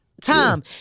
Tom